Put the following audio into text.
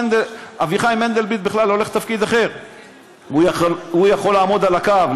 ואביחי מנדלבליט בכלל הולך לתפקיד אחר והוא יכול לעמוד על הקו,